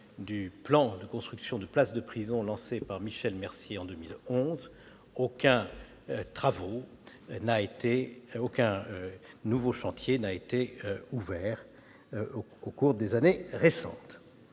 du plan de construction de places de prison lancé par Michel Mercier en 2011, aucun nouveau chantier n'a été ouvert au cours des années récentes.